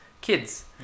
Kids